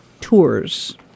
tours